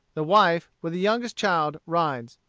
the wife, with the youngest child, rides.